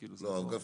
חבר הכנסת